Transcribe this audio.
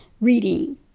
reading